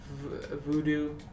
Voodoo